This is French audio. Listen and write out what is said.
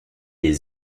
des